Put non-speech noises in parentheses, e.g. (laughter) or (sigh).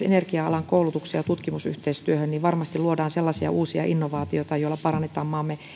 (unintelligible) energia alan koulutukseen ja tutkimusyhteistyöhön varmasti luodaan sellaisia uusia innovaatioita joilla parannetaan maamme